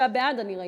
29 בעד, אני ראיתי.